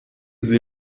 sie